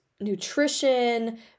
nutrition